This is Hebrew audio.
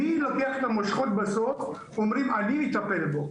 מי לוקח את המושכות בסוף ואומר "אני אטפל בו"?